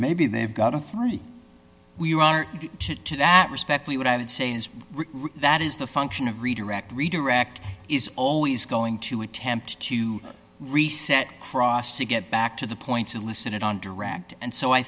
maybe they've got a three to two that respect what i would say is that is the function of redirect redirect is always going to attempt to reset cross to get back to the points elicited on direct and so i